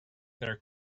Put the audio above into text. their